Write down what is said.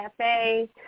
Cafe